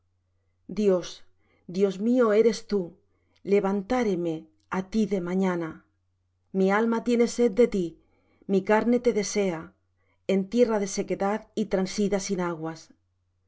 dios dios mío eres tú levantaréme á ti de mañana mi alma tiene sed de ti mi carne te desea en tierra de sequedad y transida sin aguas